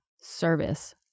service